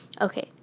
Okay